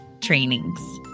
trainings